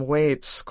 Waits